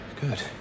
good